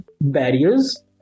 barriers